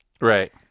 Right